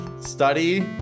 study